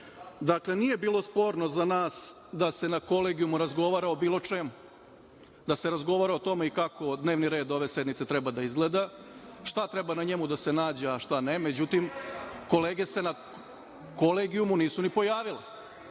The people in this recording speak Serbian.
nije bilo sporno za nas da se na Kolegijumu razgovara o bilo čemu, da se razgovara o tome i kako dnevni red ove sednice treba da izgleda, šta treba dna njemu da se nađe, a šta ne, međutim, kolege se na Kolegijumu nisu ni pojavile. Tako